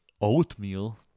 Oatmeal